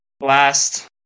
last